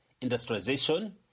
industrialization